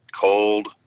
cold